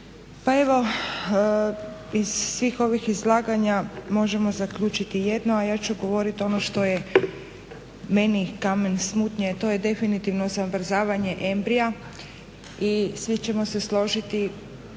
Pa evo iz svih ovih izlaganja možemo zaključiti jedno, a ja ću govoriti ono što je meni kamen smutnje, a to je definitivno zamrzavanje embrija. I svi ćemo se složiti